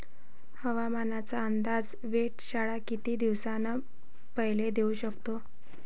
हवामानाचा अंदाज वेधशाळा किती दिवसा पयले देऊ शकते?